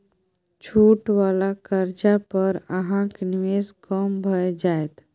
छूट वला कर्जा पर अहाँक निवेश कम भए जाएत